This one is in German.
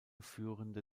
führende